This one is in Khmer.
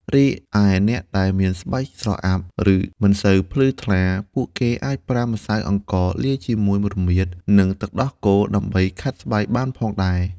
រីឯអ្នកដែលមានស្បែកស្រអាប់ ឬមិនសូវភ្លឺថ្លា ពួកគេអាចប្រើម្សៅអង្ករលាយជាមួយរមៀត និង ទឹកដោះគោ ដើម្បីខាត់ស្បែកបានផងដេរ។